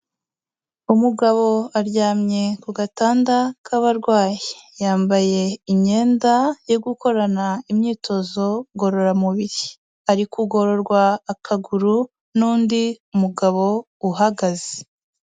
Umugabo aryamye ku gatanda k'abarwayi, yambaye imyenda yo gukorana imyitozo ngororamubiri, ari kugororwa akaguru n'undi mugabo uhagaze.